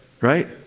Right